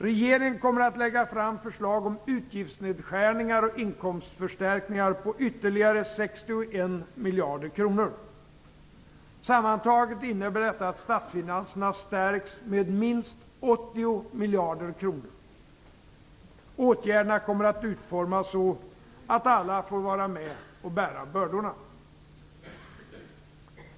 Regeringen kommer att lägga fram förslag om utgiftsnedskärningar och inkomstförstärkningar på yttterligare 61 miljarder kronor. Sammantaget innebär detta att statsfinanserna stärks med minst 80 miljarder kronor. Åtgärderna kommer att utformas så att alla får vara med och bära bördorna.